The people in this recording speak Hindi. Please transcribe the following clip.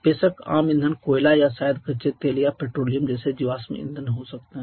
बेशक आम ईंधन कोयला या शायद कच्चे तेल या पेट्रोलियम जैसे जीवाश्म ईंधन हो सकते हैं